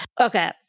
okay